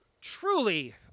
truly